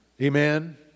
Amen